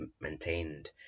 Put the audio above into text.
maintained